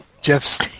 Jeff's